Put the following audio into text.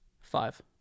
Five